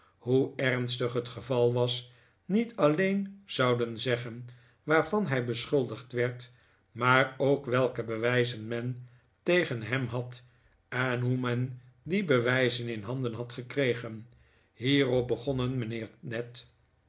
hoe ernstig het geval was niet alleen zouden zeggen waarvan hij beschuldigd werd maar ook welke bewijzen men tegen hem had en hoe men die bewijzen in handen had gekregen hierop begonnen mijnheer ned